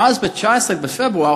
ואז, ב-19 בפברואר,